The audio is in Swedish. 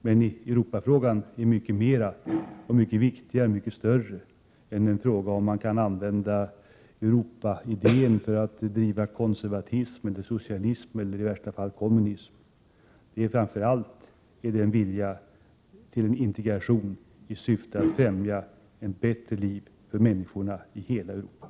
Men Europafrågan innebär mycket mer, är mycket viktigare och mycket större än frågan om man kan använda Europaidén för att stärka konservatismen eller socialismen eller, i värsta fall, kommunismen. Europaidén står framför allt för en vilja till integration i syfte att främja ett bättre liv för människorna i hela Europa.